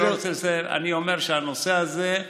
אני אומר שהנושא הזה,